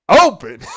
open